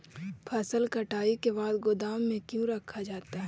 फसल कटाई के बाद गोदाम में क्यों रखा जाता है?